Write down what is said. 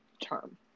term